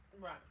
Right